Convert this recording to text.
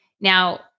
Now